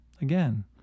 Again